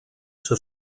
zur